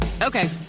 Okay